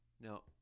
Now